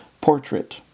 portrait